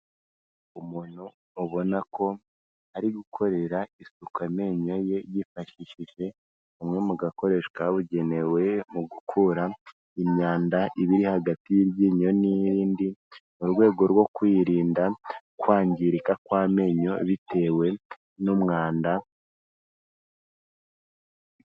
Umuntu ubona ko ari gukorera isuku amenyo ye, yifashishije umwe mu gakoreshwa kabugenewe mu gukura imyanda iba iri hagati y'iryinyo n'irindi, mu rwego rwo kwirinda kwangirika kw'amenyo bitewe n'umwanda.